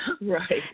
right